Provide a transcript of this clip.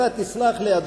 אתה תסלח לי,